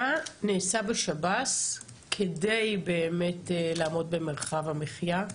מה נעשה בשב"ס כדי באמת לעמוד במרחב המחיה?